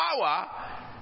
power